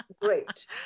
great